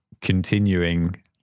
continuing